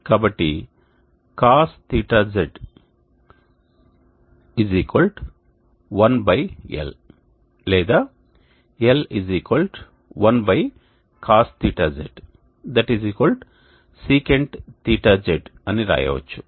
కాబట్టి cos θz 1l లేదా l 1cos θz sec θz అని రాయవచ్చు